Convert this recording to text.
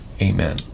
Amen